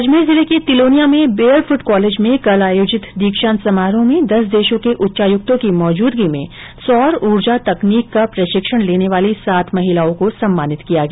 अजमेर जिले के तिलोनिया में बेयरफूट कॉलेज में कल आयोजित दीक्षांत समारोह में दस देशों के उच्चायुक्तों की मौजूदगी में सौर ऊर्जा तकनीक का प्रशिक्षण लेने वाली सात महिलाओं को सम्मानित किया गया